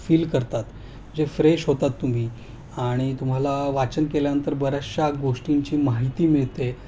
feel करतात जे fresh होतात तुम्ही आणि तुम्हाला वाचन केल्यानंतर बऱ्याचशा गोष्टींची माहिती मिळते